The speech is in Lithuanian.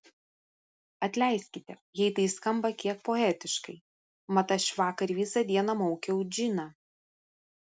atleiskite jei tai skamba kiek poetiškai mat aš vakar visą dieną maukiau džiną